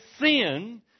sin